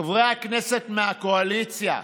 חברי הכנסת מהקואליציה,